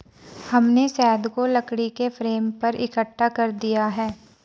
हमने शहद को लकड़ी के फ्रेम पर इकट्ठा कर दिया है